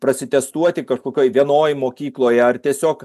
prasitestuoti kažkokioj vienoj mokykloj ar tiesiog